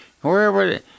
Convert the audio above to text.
wherever